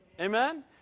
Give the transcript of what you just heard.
amen